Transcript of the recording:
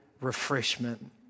refreshment